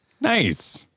nice